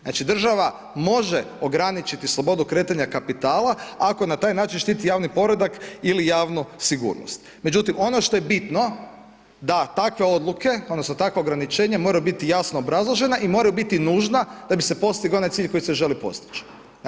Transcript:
Znači država može ograničiti slobodu kretanja kapitala, ako na taj način štiti javni poredak ili javnu sigurnost, međutim, ono što je bitno, da takve odluke, odnosno, takva ograničenja moraju biti jasno obrazloženja i moraju biti nužna da bi se postigao onaj cilj koji se želi postići.